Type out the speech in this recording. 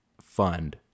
fund